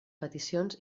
peticions